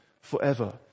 forever